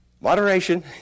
moderation